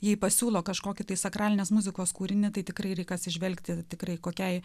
jai pasiūlo kažkokį tai sakralinės muzikos kūrinį tai tikrai reikia atsižvelgti tikrai kokiai